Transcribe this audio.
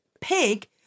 Pig